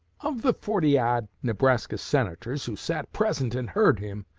of the forty-odd nebraska senators who sat present and heard him,